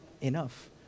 enough